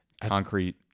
concrete